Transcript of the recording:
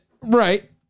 Right